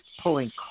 pulling